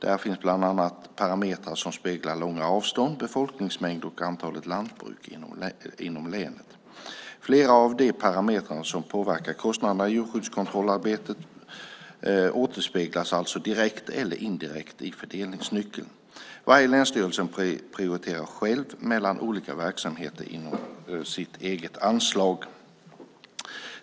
Där finns bland annat parametrar som speglar långa avstånd, befolkningsmängd och antalet lantbruk inom länet. Flera av de parametrar som påverkar kostnaderna i djurskyddskontrollarbetet återspeglas alltså direkt eller indirekt i fördelningsnyckeln. Varje länsstyrelse prioriterar själv mellan olika verksamheter inom sitt eget anslag.